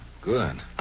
Good